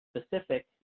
specific